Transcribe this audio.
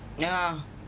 nah